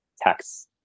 tax